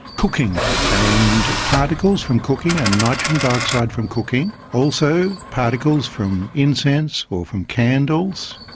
cooking and particles from cooking and nitrogen dioxide from cooking, also particles from incense or from candles,